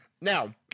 Now